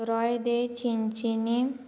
रोय दे चिंचिनी